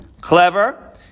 clever